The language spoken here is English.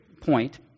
point